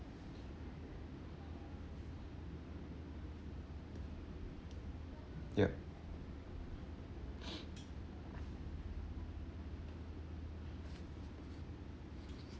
yup